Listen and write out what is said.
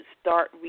start